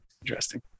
Interesting